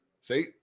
See